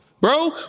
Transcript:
bro